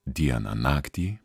dieną naktį